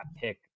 pick